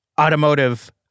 automotive